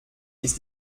ist